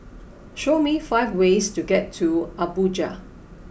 show me five ways to get to Abuja